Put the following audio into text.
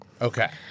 Okay